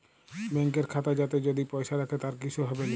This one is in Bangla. ব্যাংকের খাতা যাতে যদি পয়সা রাখে তার কিসু হবেলি